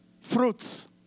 fruits